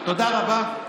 תודה רבה.